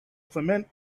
clement